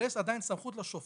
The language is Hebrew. אבל יש עדיין סמכות לשופט,